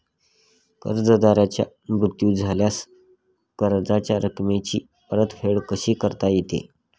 कर्जदाराचा मृत्यू झाल्यास कर्जाच्या रकमेची परतफेड कशी करता येते?